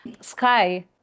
sky